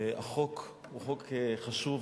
החוק הוא חוק חשוב.